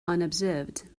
unobserved